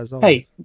Hey